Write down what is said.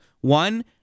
one